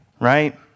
right